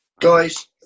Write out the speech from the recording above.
guys